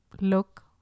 look